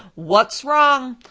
what's wrong?